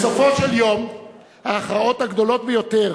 בסופו של יום ההכרעות הגדולות ביותר